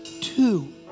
two